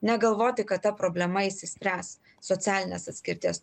ne galvoti kad ta problema išsispręs socialinės atskirties